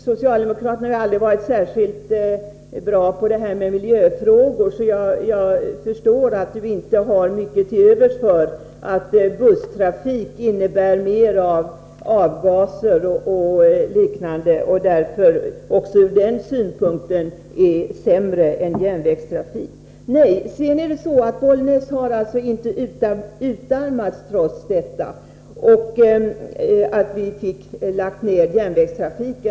Socialdemokraterna har aldrig varit särskilt bra på det här med miljöfrågor, så jag förstår att Olle Östrand inte har mycket till övers för argumentet att busstrafik innebär mer av avgaser och liknande problem och därför också ur den synpunkten är sämre än järnvägstrafik. Sedan är det så, att Bollnäs inte har utarmats trots att järnvägstrafiken blev nedlagd.